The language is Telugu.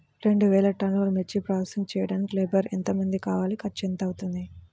రెండు వేలు టన్నుల మిర్చి ప్రోసెసింగ్ చేయడానికి లేబర్ ఎంతమంది కావాలి, ఖర్చు ఎంత అవుతుంది?